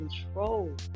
control